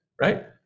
right